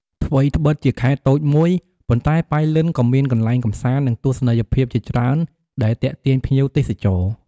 ថ្វីត្បិតជាខេត្តតូចមួយ ប៉ុន្តែប៉ៃលិនក៏មានកន្លែងកម្សាន្ត និងទស្សនីយភាពជាច្រើនដែលទាក់ទាញភ្ញៀវទេសចរ។